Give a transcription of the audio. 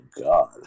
God